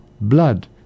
blood